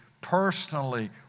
personally